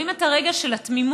רואים את הרגע של התמימות